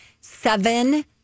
seven